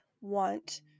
want